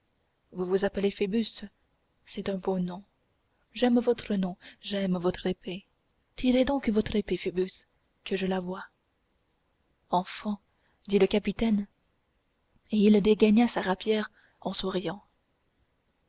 vous vous appelez phoebus c'est un beau nom j'aime votre nom j'aime votre épée tirez donc votre épée phoebus que je la voie enfant dit le capitaine et il dégaina sa rapière en souriant